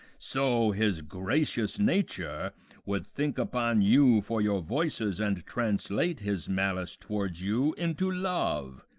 so his gracious nature would think upon you for your voices, and translate his malice towards you into love,